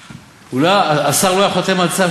הונאה, אי-אפשר להתעלם מזה.